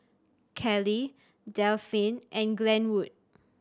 Kelley Delphine and Glenwood